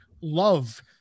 love